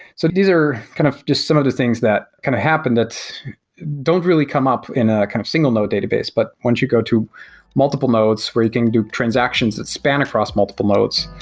so these are kind of just some of the things that kind of happen that's don't really come up with in a kind of single node database. but once you go to multiple nodes where you can do transactions that span across multiple nodes,